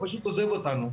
הוא פשוט עוזב אותנו.